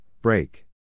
break